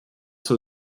zur